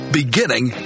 beginning